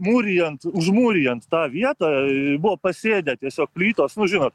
mūrijant užmūrijant tą vietą buvo pasėdę tiesiog plytos nu žinot